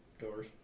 doors